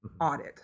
audit